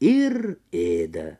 ir ėda